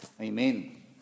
Amen